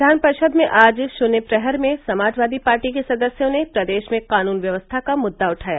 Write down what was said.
विधान परिषद में आज शुन्य प्रहर में समाजवादी पार्टी के सदस्यों ने प्रदेश में कानून व्यवस्था का मुद्दा उठाया